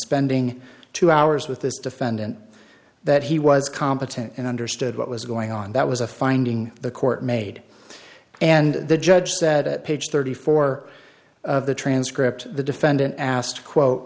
spending two hours with this defendant that he was competent and understood what was going on that was a finding the court made and the judge said at page thirty four of the transcript the defendant asked quote